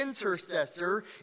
intercessor